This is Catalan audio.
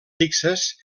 fixes